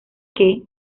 que